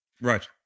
Right